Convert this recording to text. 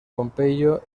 pompeyo